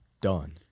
done